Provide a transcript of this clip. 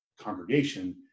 congregation